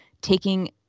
taking